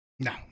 No